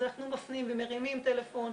אז אנחנו מפנים ומרימים טלפון.